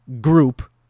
group